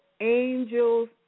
angels